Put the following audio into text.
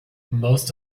most